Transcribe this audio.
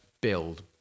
build